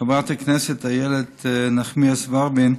חברת הכנסת איילת נחמיאס ורבין,